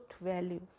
value